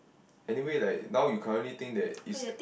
anyway like now you currently think that is